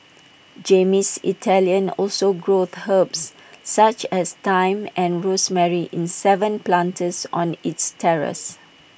Jamie's Italian also grows herbs such as thyme and rosemary in Seven planters on its terrace